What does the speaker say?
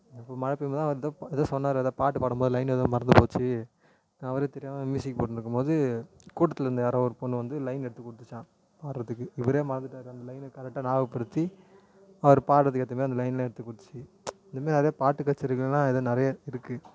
எப்போது மழை பெய்யும் போது அவர் எதோ எதோ சொன்னார் எதோ பாட்டுப்பாடும் போது லைன் ஏதோ மறந்துப்போய்ச்சி அவர் தெரியாமல் மியூசிக் போட்டுருக்கும் போது கூட்டத்துலருந்த யாரோ ஒரு பொண்ணு வந்து லைன் எடுத்து கொடுத்துச்சாம் பாடுறதுக்கு இவரே மறந்துட்டார் அந்த லைனை கரக்ட்டாக ஞாபகப்படுத்தி அவர் பாடுறத்துக்கு ஏற்ற மாரி அந்த லைன்லாம் எடுத்து கொடுத்துச்சி இந்த மாரி நிறையா பாட்டு கச்சேரிகள்லாம் எல்லாம் நிறையா இருக்குது